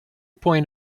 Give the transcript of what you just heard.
point